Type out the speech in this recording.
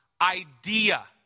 idea